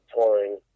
touring